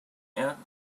aunt